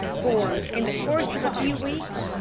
for, in the course of a few weeks,